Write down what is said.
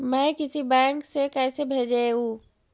मैं किसी बैंक से कैसे भेजेऊ